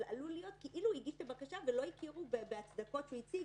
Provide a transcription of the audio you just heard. אבל עלול להיות כאילו הוא הגיש את הבקשה ולא הכירו בהצדקות שהוא הציג,